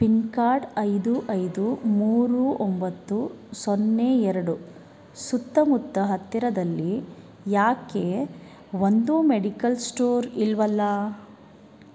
pin code ಐದು ಐದು ಮೂರು ಒಂಬತ್ತು ಸೊನ್ನೆ ಎರಡು ಸುತ್ತಮುತ್ತ ಹತ್ತಿರದಲ್ಲಿ ಯಾಕೆ ಒಂದೂ ಮೆಡಿಕಲ್ ಸ್ಟೋರ್ ಇಲ್ಲವಲ್ಲ